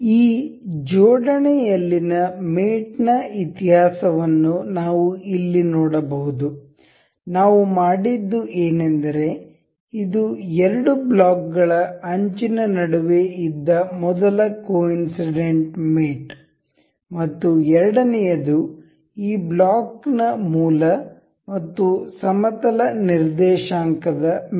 ಈ ಜೋಡಣೆಯಲ್ಲಿನ ಮೇಟ್ ನ ಇತಿಹಾಸವನ್ನು ನಾವು ಇಲ್ಲಿ ನೋಡಬಹುದು ನಾವು ಮಾಡಿದ್ದು ಏನೆಂದರೆ ಇದು ಎರಡು ಬ್ಲಾಕ್ಗಳ ಅಂಚಿನ ನಡುವೆ ಇದ್ದ ಮೊದಲ ಕೊಇನ್ಸಿಡೆಂಟ್ ಮೇಟ್ ಮತ್ತು ಎರಡನೆಯದು ಈ ಬ್ಲಾಕ್ನ ಮೂಲ ಮತ್ತು ಸಮತಲ ನಿರ್ದೇಶಾಂಕದ ಮೇಟ್